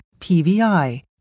PVI